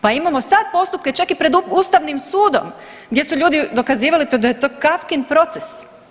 Pa imamo sad postupke čak i pred Ustavnim sudom gdje su ljudi dokazivali da je to Kafkin proces.